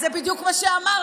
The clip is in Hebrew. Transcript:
אז זה בדיוק מה שאמרנו.